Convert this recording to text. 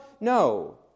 No